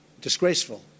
Disgraceful